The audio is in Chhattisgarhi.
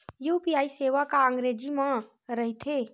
यू.पी.आई सेवा का अंग्रेजी मा रहीथे?